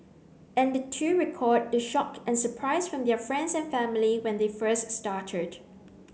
and the two recalled the shock and surprise from their friends and family when they first started